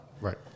Right